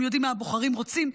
הם יודעים מה הבוחרים רוצים,